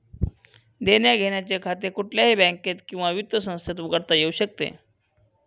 देण्याघेण्याचे खाते कुठल्याही बँकेत किंवा वित्त संस्थेत उघडता येऊ शकते